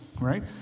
right